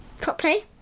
properly